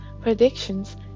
predictions